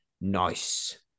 Nice